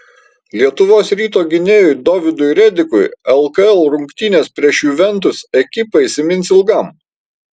lietuvos ryto gynėjui dovydui redikui lkl rungtynės prieš juventus ekipą įsimins ilgam